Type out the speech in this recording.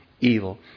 evil